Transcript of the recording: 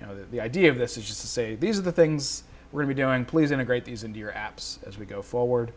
you know the idea of this is just to say these are the things we're doing please integrate these into your apps as we go forward